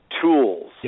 Tools